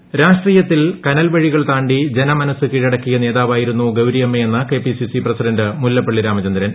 അനുശോചനങ്ങൾ രാഷ്ട്രീയത്തിൽ കനൽ വഴികൾ താണ്ടി ജന മനസ്സ് കീഴടക്കിയ നേതാവായിരുന്നു ഗൌരിയമ്മയെന്ന് കെപിസിസി പ്രസിഡന്റ് മുല്ലപ്പള്ളി രാമചന്ദ്രൻ